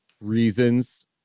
reasons